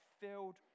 filled